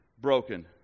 broken